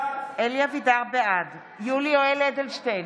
בעד יולי יואל אדלשטיין,